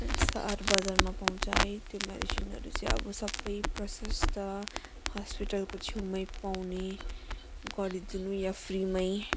सहरबजारमा पाउँछ है त्यो मेडिसिनहरू चाहिँ अब सबै प्रशस्त हस्पिटलको छेउमै पाउने गरिदिनु या फ्रीमै